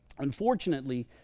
Unfortunately